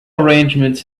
arrangements